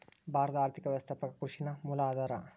ಭಾರತದ್ ಆರ್ಥಿಕ ವ್ಯವಸ್ಥಾಕ್ಕ ಕೃಷಿ ನ ಮೂಲ ಆಧಾರಾ